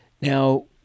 Now